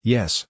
Yes